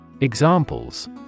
Examples